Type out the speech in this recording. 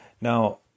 Now